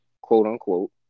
quote-unquote